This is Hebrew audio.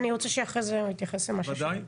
אני רוצה שאחר כך הוא יתייחס למה ששאלתם.